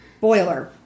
boiler